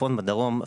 בצפון ובדרום.